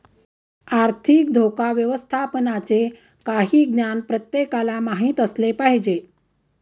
आर्थिक धोका व्यवस्थापनाचे काही ज्ञान प्रत्येकाला माहित असले पाहिजे